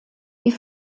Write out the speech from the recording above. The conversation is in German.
die